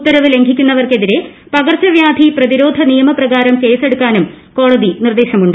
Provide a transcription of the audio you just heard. ഉത്തരവ് ലംഘിക്കുന്നവ്ർക്കെതിരെ പകർച്ചവ്യാധി പ്രതിരോധ നിയമപ്രകാരം കേസെടുക്കാനും കോടതി നിർദേശമുണ്ട്